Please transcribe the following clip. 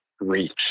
reach